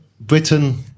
Britain